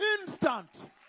instant